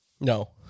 no